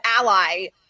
ally